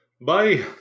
Bye